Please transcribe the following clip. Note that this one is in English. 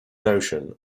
notion